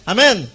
Amen